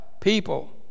people